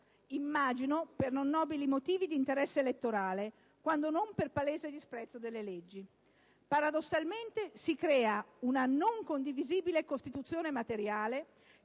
immagino per non nobili motivi d'interesse elettorale quando non per palese disprezzo delle leggi? Paradossalmente si crea una non condivisibile Costituzione materiale